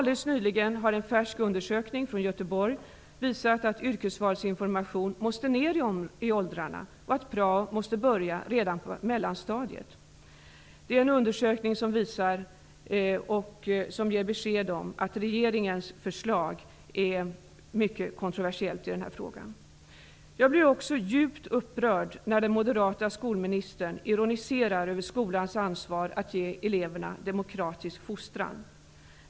En färsk undersökning från Göteborg visar att tidpunkten för yrkesvalsinformationen måste ned i åldrarna och att prao måste börja redan på mellanstadiet. Denna undersökning visar att regeringens förslag i denna fråga är mycket kontroversiellt. Jag blir också djupt upprörd när den moderata skolministern ironiserar över skolans ansvar att ge eleverna demokratisk fostran.